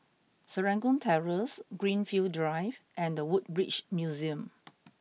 Serangoon Terrace Greenfield Drive and The Woodbridge Museum